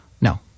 No